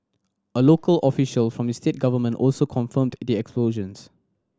a local official from the state government also confirmed the explosions